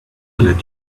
let